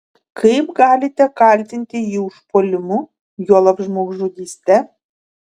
kaip galite kaltinti jį užpuolimu juolab žmogžudyste